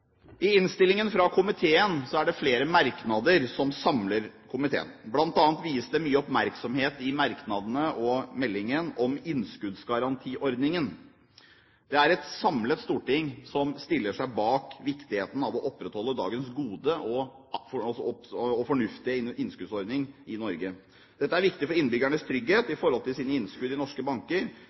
I innstillingen fra komiteen er det flere merknader som samler komiteen. Blant annet vies det mye oppmerksomhet i merknadene og meldingen til innskuddsgarantiordningen. Det er et samlet storting som stiller seg bak viktigheten av å opprettholde dagens gode og fornuftige innskuddsordning i Norge. Dette er viktig for innbyggernes trygghet for sine innskudd i norske banker